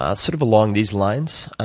ah sort of along these lines.